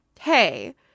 Hey